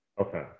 Okay